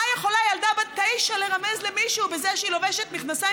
מה יכולה ילדה בת תשע לרמז למישהו בזה שהיא לובשת מכנסיים,